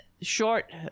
short